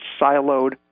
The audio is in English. siloed